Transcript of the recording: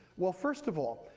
well, first of all,